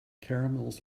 caramels